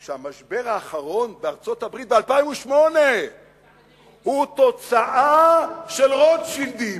שהמשבר האחרון בארצות-הברית ב-2008 הוא תוצאה של רוטשילדים.